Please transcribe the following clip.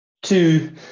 two